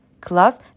class